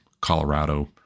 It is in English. Colorado